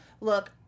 Look